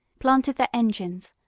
planted their engines,